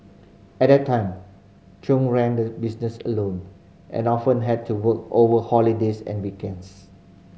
at that time Chung ran the business alone and often had to work over holidays and weekends